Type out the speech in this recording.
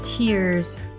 Tears